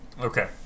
okay